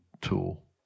tool